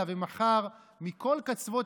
בלי טיפול,